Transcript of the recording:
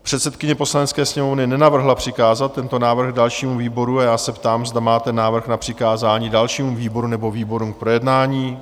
Předsedkyně Poslanecké sněmovny nenavrhla přikázat tento návrh dalšímu výboru a já se ptám, zda máte návrh na přikázání dalšímu výboru nebo výborům k projednání?